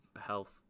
health